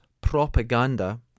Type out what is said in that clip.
propaganda